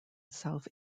south